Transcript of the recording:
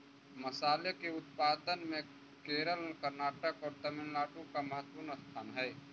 मसाले के उत्पादन में केरल कर्नाटक और तमिलनाडु का महत्वपूर्ण स्थान हई